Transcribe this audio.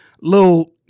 little